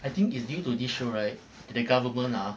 I think due to this show right the government ah